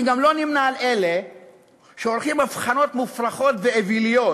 אני גם לא נמנה עם אלה שעורכים הבחנות מופרכות ואוויליות